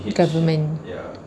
government